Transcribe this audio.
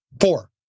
Four